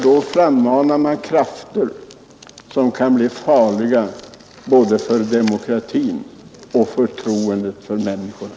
Då frammanar man krafter som kan bli farliga både för demokratin och för förtroendet hos människorna.